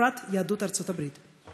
ובפרט יהדות ארצות הברית.